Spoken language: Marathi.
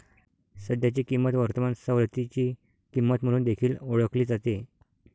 सध्याची किंमत वर्तमान सवलतीची किंमत म्हणून देखील ओळखली जाते